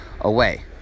away